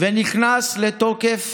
ונכנס לתוקף